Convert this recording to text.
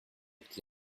qui